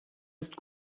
ist